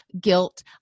guilt